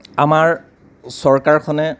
আমাৰ চৰকাৰখনে